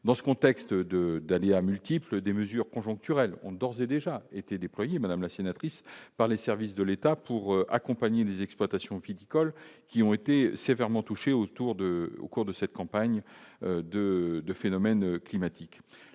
dans ce contexte de dahlias multiples des mesures conjoncturelles ont d'ores et déjà été déployés, madame la sénatrice par les services de l'État pour accompagner les exploitations viticoles, qui ont été sévèrement touchés autour de au cours de cette campagne de 2 phénomènes climatiques